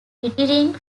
retiring